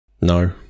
No